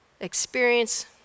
experience